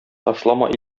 ташлама